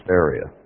area